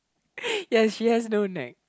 ya she has no neck